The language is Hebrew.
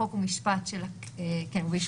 חוק ומשפט של הכנסת,